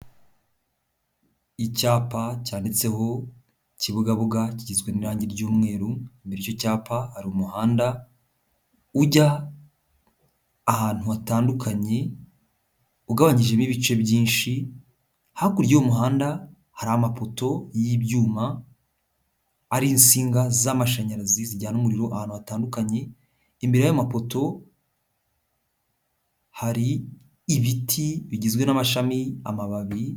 Icyapa cyanditseho Kibugabuga kigizwe n'irangi ry'umweru imbere y'icyo cyapa hari umuhanda ujya ahantu hatandukanye ugabanyijemo ibice byinshi, hakurya y'umuhanda hari amapoto y'ibyuma ariho insinga z'amashanyarazi zijyana umuriro ahantu hatandukanye, imbere y'amapoto hari ibiti bigizwe n'amashami, amababi.